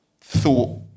thought